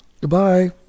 Goodbye